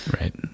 Right